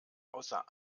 außer